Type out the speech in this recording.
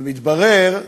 ומתברר,